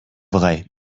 vrai